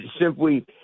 simply